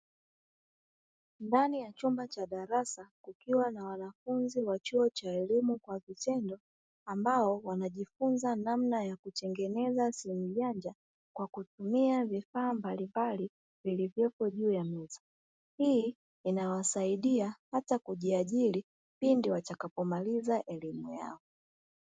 Ndani ya chumba cha darasa kukiwa na wanafunzi wa chuo cha elimu kwa vitendo ambao wanajifunza namna ya kutengeneza simu janja kwa kutumia vifaa mbalimbali vilivyopo juu ya meza. Hii inawasaidia hata kujiajiri pindi watakapomaliza elimu yao.